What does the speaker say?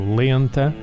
lenta